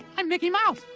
i'm mickey mouse.